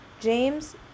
James